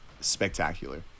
spectacular